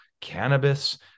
cannabis